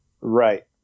Right